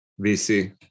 VC